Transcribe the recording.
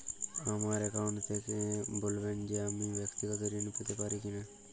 আমার অ্যাকাউন্ট দেখে বলবেন যে আমি ব্যাক্তিগত ঋণ পেতে পারি কি না?